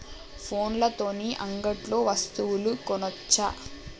ఫోన్ల తోని అంగట్లో వస్తువులు కొనచ్చా?